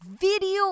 video